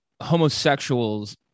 homosexuals